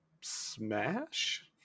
Smash